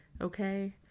Okay